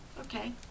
Okay